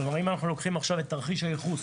כלומר, אם אנחנו לוקחים עכשיו את תרחיש הייחוס